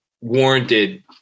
warranted